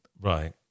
Right